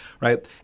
right